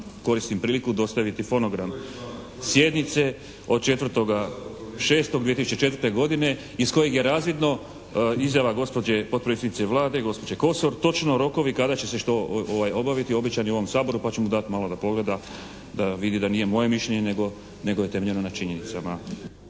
koristim priliku dostaviti fonogram sjednice od 4.6.2004. godine iz kojeg je razvidno izjava gospođe potpredsjednice Vlade, gospođe Kosor točno rokovi kada će se što obaviti? Obećan je u ovom Saboru pa ću mu dati malo da pogleda da vidi da nije moje mišljenje nego, nego je temeljeno na činjenicama.